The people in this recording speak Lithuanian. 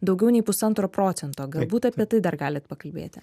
daugiau nei pusantro procento galbūt apie tai dar galit pakalbėti